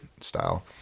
style